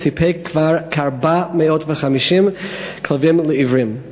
והוא סיפק כ-450 כלבים לעיוורים.